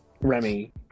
Remy